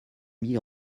mis